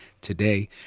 today